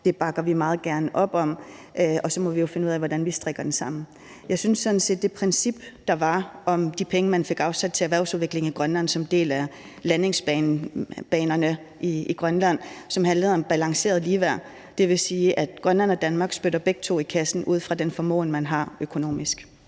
Det bakker vi meget gerne op om, og så må vi jo finde ud af, hvordan vi strikker den sammen. Jeg synes sådan set, at det princip, der var, om de penge, man fik afsat til erhvervsudvikling i Grønland som en del af finansieringen af landingsbanerne i Grønland, handlede om balanceret ligeværd. Det vil sige, at Grønland og Danmark begge to spytter i kassen ud fra den økonomiske